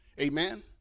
Amen